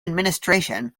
administration